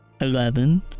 Eleven